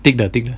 thick 的 thick